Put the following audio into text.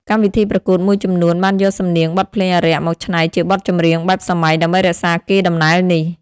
កម្មវិធីប្រកួតមួយចំនួនបានយកសំនៀងបទភ្លេងអារក្សមកច្នៃជាបទចម្រៀងបែបសម័យដើម្បីរក្សាកេរ្តិ៍ដំណែលនេះ។